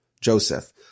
Joseph